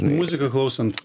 muziką klausant taip groja